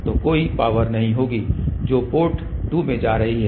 तो कोई पावर नहीं होगी जो पोर्ट 2 में जा रही है